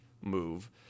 move